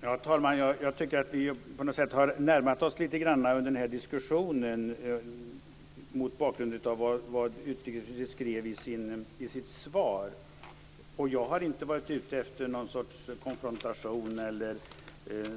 Fru talman! Jag tycker att vi på något sätt har närmat oss varandra lite grann under denna diskussion mot bakgrund av vad utrikesministern skrev i sitt svar. Jag har inte varit ute efter någon sorts konfrontation eller